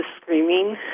screaming